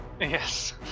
Yes